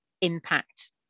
impact